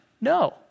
No